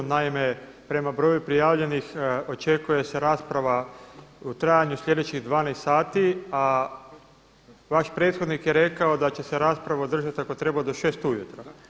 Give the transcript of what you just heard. Naime, prema broju prijavljenih očekuje se rasprava u trajanju sljedećih 12 sati, a vaš prethodnik je rekao da će se rasprava održati ako treba do 6 ujutro.